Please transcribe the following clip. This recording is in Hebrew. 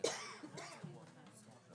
בשעה 10:08 ונתחדשה בשעה 10:45.)